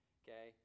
okay